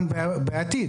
גם בעתיד,